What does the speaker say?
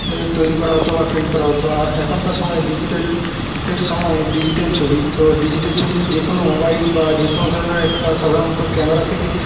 এ তৈরি করা হতো বা প্রিন্ট করা হতো আর এখনকার সময়ে ডিজিটালের সময়ে ডিজিটাল ছবি তো ডিজিটাল ছবিতে যে কোনো মোবাইল বা যে কোনো ধরণের একটা সাধারণত ক্যামেরা থেকে